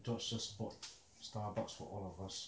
george just bought Starbucks for all of us